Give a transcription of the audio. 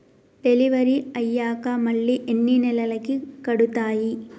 Delivery అయ్యాక మళ్ళీ ఎన్ని నెలలకి కడుతాయి?